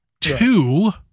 two